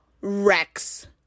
Rex